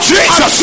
Jesus